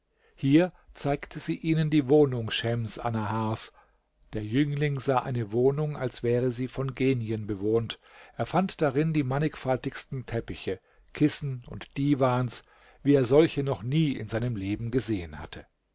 hier zeigte sie ihnen die wohnung schems annahars der jüngling sah eine wohnung als wäre sie von genien gewohnt er fand darin die mannigfaltigsten teppiche kissen und divans wie er solche noch nie in seinem leben gesehen hatte